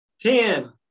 Ten